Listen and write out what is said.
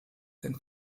den